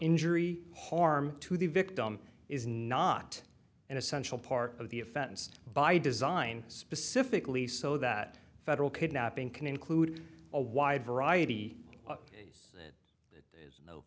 injury harm to the victim is not an essential part of the offense by design specifically so that federal kidnapping can include a wide variety